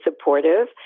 supportive